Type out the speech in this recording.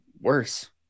worse